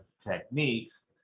techniques